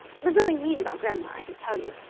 there's nothing mean about grandma, i can tell you.